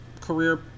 career